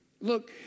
Look